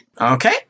Okay